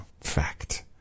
Fact